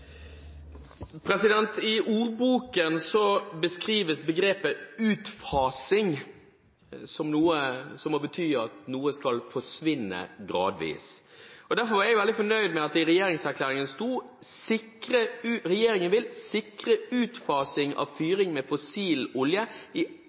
I ordboken beskrives begrepet «utfasing» som noe som skal forsvinne gradvis. Derfor er jeg veldig fornøyd med at det i regjeringserklæringen sto: «Sikre utfasing av fyring med fossil olje i alle offentlige bygg innen 2018 og forby bruk av